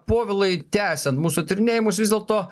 povilai tęsiant mūsų tyrinėjimus vis dėlto